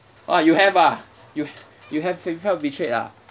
oh you have ah you you have fe~ felt betrayed ah